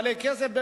בעלי כסף,